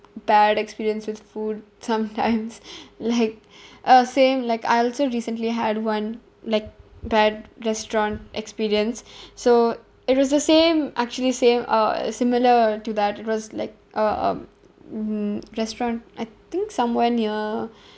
bad experience with food sometimes like uh same like I also recently had one like bad restaurant experience so it was the same actually same uh similar to that it was like uh um hmm restaurant I think somewhere near